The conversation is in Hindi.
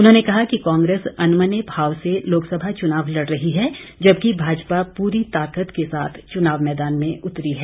उन्होंने कहा कि कांग्रेस अनमने भाव से लोकसभा चुनाव लड़ रही है जबकि भाजपा पूरी ताकत के साथ चुनाव मैदान में उतरी है